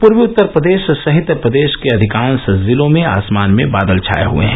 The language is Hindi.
पूर्वी उत्तर प्रदेश सहित प्रदेश के अधिकांश जिलों में आसमान में बादल छाये हये हैं